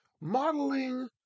modeling